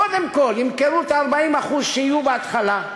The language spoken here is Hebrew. קודם כול ימכרו את ה-40% שיהיו בהתחלה.